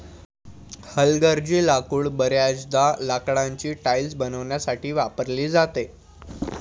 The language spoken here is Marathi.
हलगर्जी लाकूड बर्याचदा लाकडाची टाइल्स बनवण्यासाठी वापरली जाते